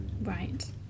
Right